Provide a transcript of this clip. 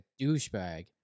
douchebag